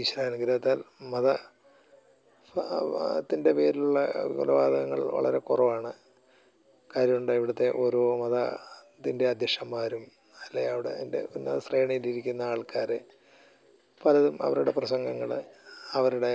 ഈശ്വരാനുഗ്രഹത്താൽ മത മതത്തിൻ്റെ പേരിലുള്ള കൊലപാതകങ്ങൾ വളരെ കുറവാണ് കാര്യമുണ്ട് ഇവിടുത്തെ ഓരോ മതത്തിൻ്റെ അധ്യക്ഷന്മാരും അല്ലെങ്കിൽ അവിടെ അതിൻ്റെ ഉന്നത ശ്രേണിയിലിരിക്കുന്ന ആൾക്കാർ പലതും അവരുടെ പ്രസംഗങ്ങൾ അവരുടെ